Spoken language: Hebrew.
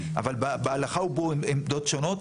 אבל בהלכה הובעו עמדות שונות.